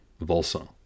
Volsung